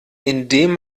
indem